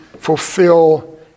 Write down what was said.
fulfill